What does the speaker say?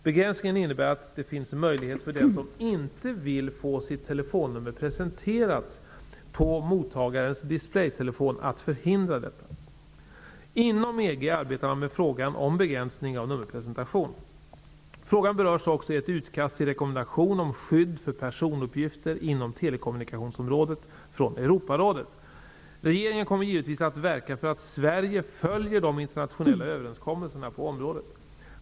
Begränsningen innebär att det finns möjlighet för den som inte vill få sitt telefonnummer presenterat på mottagarens display-telefon att förhindra detta. Inom EG arbetar man med frågan om begränsning av nummerpresentation. Frågan berörs också i ett utkast till rekommendation om skydd för personuppgifter inom telekommunikationsområdet från Europarådet. Regeringen kommer givetvis att verka för att Sverige följer de internationella överenskommelserna på området.